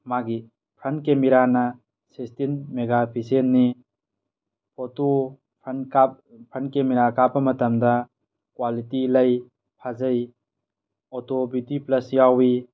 ꯃꯥꯒꯤ ꯐ꯭ꯔꯟ ꯀꯦꯃꯦꯔꯥꯅ ꯁꯤꯛꯁꯇꯤꯟ ꯃꯦꯒꯥꯄꯤꯁꯦꯟꯅꯤ ꯐꯣꯇꯣ ꯐ꯭ꯔꯟ ꯀꯦꯃꯦꯔꯥ ꯀꯥꯄꯄ ꯃꯇꯝꯗ ꯀ꯭ꯋꯥꯂꯤꯇꯤ ꯂꯩ ꯐꯖꯩ ꯑꯣꯇꯣ ꯕ꯭ꯌꯨꯇꯤ ꯄ꯭ꯂꯁ ꯌꯥꯎꯏ